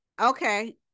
okay